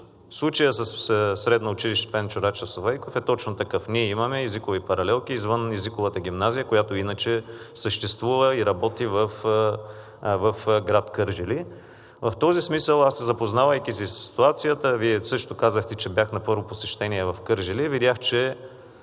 Случаят със Средно училище „Петко Рачов Славейков“ е точно такъв. Ние имаме езикови паралелки извън езиковата гимназия, която иначе съществува и работи в град Кърджали. В този смисъл аз се запознах със ситуацията, Вие също казахте, че бях на първо посещение в Кърджали. Видях, че